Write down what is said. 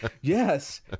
yes